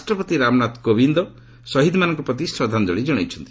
ରାଷ୍ଟ୍ରପତି ରାମନାଥ କୋବିନ୍ଦ୍ ଶହୀଦ୍ମାନଙ୍କ ପ୍ରତି ଶ୍ରଦ୍ଧାଞ୍ଜଳି ଜଣାଇଛନ୍ତି